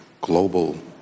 global